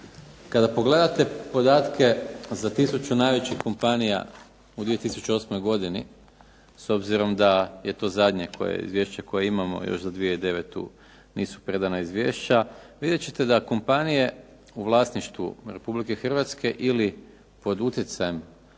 Kada pogledate podatke za 1000 najvećih kompanija u 2008. godini s obzirom da je to zadnje izvješće koje imamo još za 2009. nisu predana izvješća vidjet ćete da kompanije u vlasništvu Republike Hrvatske ili pod utjecajem